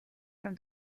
from